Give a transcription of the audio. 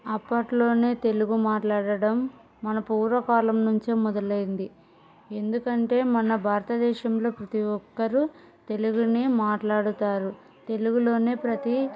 అప్పట్లోనే తెలుగు మాట్లాడడం మన పూర్వకాలం నుంచే మొదలైంది ఎందుకంటే మన భారతదేశంలో ప్రతి ఒక్కరూ తెలుగునే మాట్లాడుతారు తెలుగులోనే ప్రతి